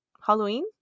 Halloween